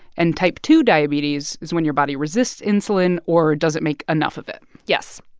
and type two diabetes is when your body resists insulin or doesn't make enough of it yes.